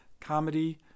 comedy